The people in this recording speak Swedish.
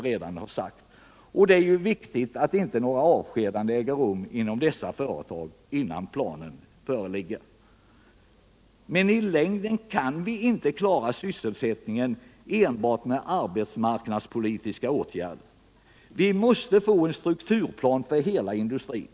Det är viktigt att inte några avskedanden äger rum inom dessa företag innan planen föreligger. I längden kan vi dock inte klara sysselsättningen enbart med arbetsmarknadspolitiska åtgärder. Vi måste få en strukturplan för hela industrin.